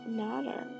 matter